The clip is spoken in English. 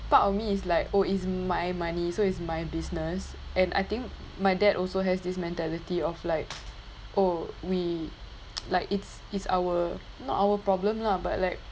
part of me is like oh it's my money so it's my business and I think my dad also has this mentality of like oh we like it's it's our not our problem lah but like